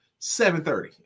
7.30